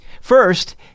First